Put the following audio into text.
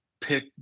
pick